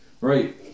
Right